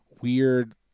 weird